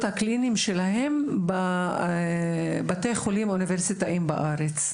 הקליניים שלהם בבתי חולים אוניברסיטאיים בארץ.